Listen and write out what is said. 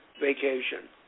vacation